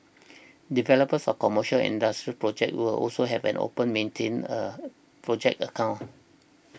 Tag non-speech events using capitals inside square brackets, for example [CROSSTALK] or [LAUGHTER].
developers of commercial and industrial projects will also have and open maintain a [NOISE] project [NOISE] account